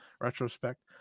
retrospect